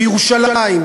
בירושלים,